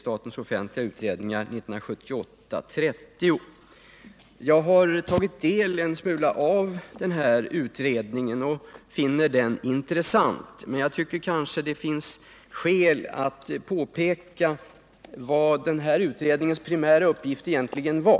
Jag har tagit del av denna utredning och funnit den intressant, men jag tycker att det kanske finns skäl att nämna vad denna utrednings primära uppgift egentligen var.